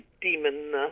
demon